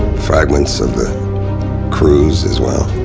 fragments of the crews, as well.